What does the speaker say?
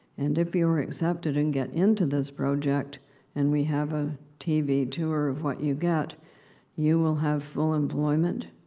and if you're accepted and get into this project and we have a t v. tour of what you get you will have full employment,